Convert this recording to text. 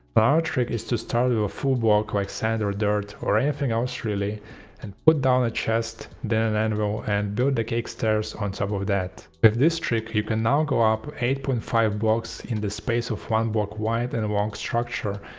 ah trick is to start with a full block like sand or dirt or anything else really and put down a chest, then an anvil and build the cake stairs on top of that. with this trick you can now go up eight point five blocks in the space of one block wide and and long structure,